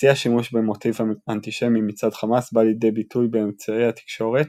שיא השימוש במוטיבים אנטישמיים מצד חמאס בא לידי ביטוי באמצעי התקשורת,